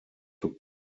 took